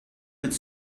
could